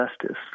justice